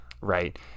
right